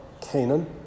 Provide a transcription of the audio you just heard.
Canaan